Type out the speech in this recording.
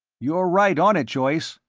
you're right on it, joyce,